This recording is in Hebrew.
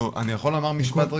אני יכול לומר משפט ברשותך?